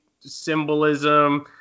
symbolism